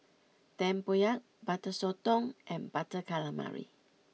Tempoyak Butter Sotong and Butter Calamari